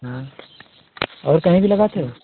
हाँ और कहीं भी लगाते हो